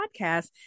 podcast